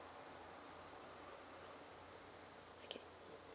okay